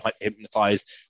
hypnotized